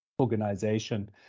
Organization